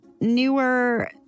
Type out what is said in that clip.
Newer